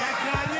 שקר.